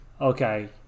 Okay